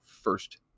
first